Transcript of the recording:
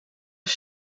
als